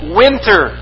winter